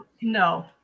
No